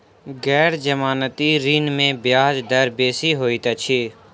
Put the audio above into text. गैर जमानती ऋण में ब्याज दर बेसी होइत अछि